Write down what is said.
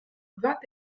vingt